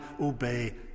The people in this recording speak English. obey